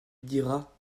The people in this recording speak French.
diras